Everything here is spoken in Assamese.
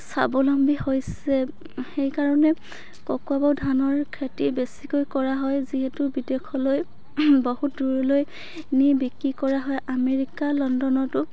স্বাৱলম্বী হৈছে সেইকাৰণে ককোৱা বাও ধানৰ খেতি বেছিকৈ কৰা হয় যিহেতু বিদেশলৈ বহুত দূৰলৈ নি বিক্ৰী কৰা হয় আমেৰিকা লণ্ডনতো